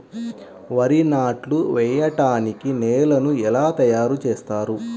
వరి నాట్లు వేయటానికి నేలను ఎలా తయారు చేస్తారు?